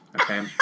okay